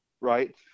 Right